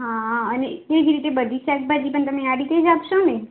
હા અને એ જ રીતે બધી શાકભાજી પણ તમે આ રીતે જ આપશોને